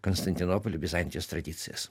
konstantinopolio bizantijos tradicijas